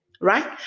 right